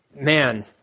man